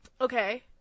okay